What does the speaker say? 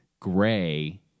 gray